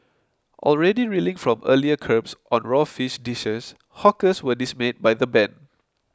already reeling from earlier curbs on raw fish dishes hawkers were dismayed by the ban